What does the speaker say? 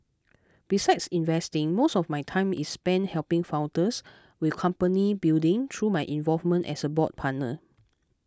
besides investing most of my time is spent helping founders with company building through my involvement as a board partner